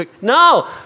no